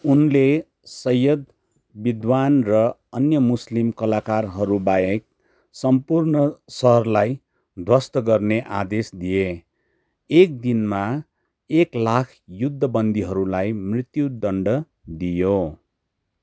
उनले सैय्यद विद्वान् र अन्य मुस्लिम कलाकारहरूबाहेक सम्पूर्ण सहरलाई ध्वस्त गर्ने आदेश दिए एक दिनमा एक लाख युद्धबन्दीहरूलाई मृत्युदण्ड दियो